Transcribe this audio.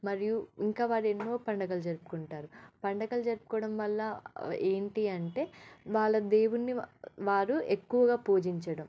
మరియు ఇంకా వారు ఎన్నో పండుగలు జరుపుకుంటారు పండుగలు జరుపుకోవడం వల్ల ఏంటి అంటే వాళ్ళ దేవున్ని వారు ఎక్కువగా పూజించడం